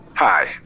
Hi